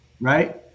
Right